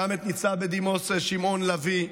גם את ניצב בדימוס שמעון לביא,